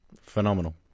Phenomenal